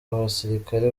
abasirikare